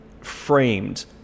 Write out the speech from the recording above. framed